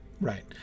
Right